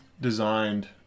designed